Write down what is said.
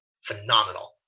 phenomenal